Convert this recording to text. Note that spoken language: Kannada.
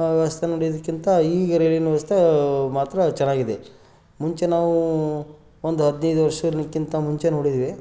ವ್ಯವಸ್ಥೆ ನೋಡಿದ್ದಕ್ಕಿಂತ ಈಗ ರೈಲಿನ ವ್ಯವಸ್ಥೆ ಮಾತ್ರ ಚೆನ್ನಾಗಿದೆ ಮುಂಚೆ ನಾವು ಒಂದು ಹದಿನೈದು ವರ್ಷಕ್ಕಿಂತ ಮುಂಚೆ ನೋಡಿದ್ದೀವಿ